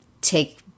take